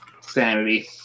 sanity